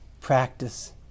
practice